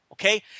Okay